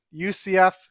UCF